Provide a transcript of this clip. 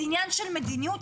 זה עניין של מדיניות,